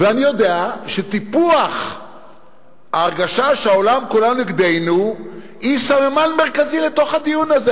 ואני יודע שטיפוח ההרגשה שהעולם כולו נגדנו הוא סממן מרכזי בדיון הזה.